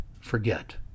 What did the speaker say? forget